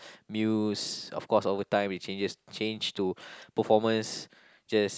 Muse of course over time it changes change to performance just